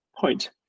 point